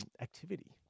activity